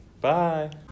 Bye